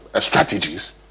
strategies